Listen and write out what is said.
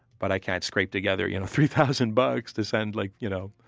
but i can't scrape together you know three thousand bucks to send like you know